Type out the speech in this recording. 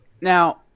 Now